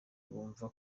bumva